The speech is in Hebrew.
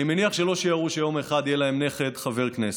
אני מניח שלא שיערו שיום אחד יהיה להם נכד חבר כנסת.